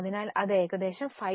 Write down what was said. അതിനാൽ ഇത് ഏകദേശം 5